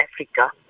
Africa